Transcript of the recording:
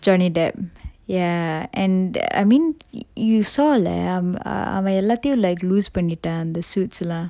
johnny depp ya and that I mean you show lah um அவ எல்லாத்தையும்:ava ellathayum like lose பண்ணிட்டான் அந்த:pannitan antha the suits lah